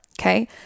okay